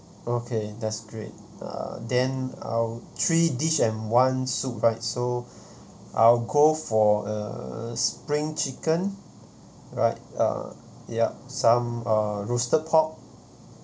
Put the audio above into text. okay that's great uh then I'll three dish and one soup right so I'll go for a spring chicken right uh yup some uh roasted pork